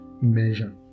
measure